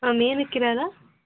ma'am ಏನಕ್ಕಿರಲ್ಲ